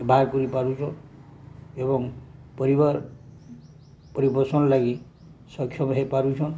ବାହାର କରିପାରୁଛନ୍ ଏବଂ ପରିବାର ପରିପୋଷଣ ଲାଗି ସକ୍ଷମ ହେଇପାରୁଛନ୍